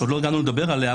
שעוד לא הגענו לדבר עליה,